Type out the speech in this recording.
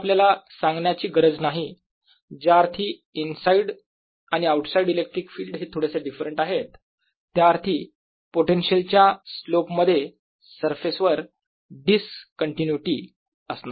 इथे आपल्याला सांगण्याची गरज नाही ज्या अर्थी इनसाईड आणि आऊटसाईड इलेक्ट्रिक फिल्ड हे थोडेसे डिफरंट आहेत त्याअर्थी पोटेन्शियल च्या स्लोप मध्ये मध्ये सरफेसवर डीसकंटिन्युटी असणार आहे